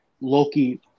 Loki